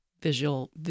visual